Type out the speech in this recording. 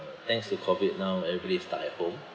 thanks to COVID now everybody is stuck at home